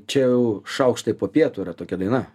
čia jau šaukštai po pietų yra tokia daina